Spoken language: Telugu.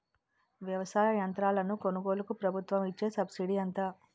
వ్యవసాయ యంత్రాలను కొనుగోలుకు ప్రభుత్వం ఇచ్చే సబ్సిడీ ఎంత?